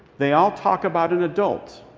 they all talk about an adult,